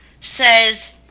says